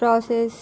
process